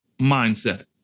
mindset